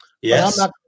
Yes